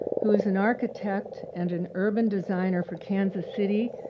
who is an architect and an urban designer for kansas city,